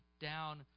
down